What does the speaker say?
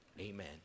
amen